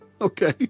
Okay